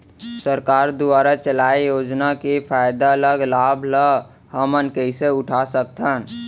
सरकार दुवारा चलाये योजना के फायदा ल लाभ ल हमन कइसे उठा सकथन?